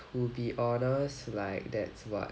to be honest like that's what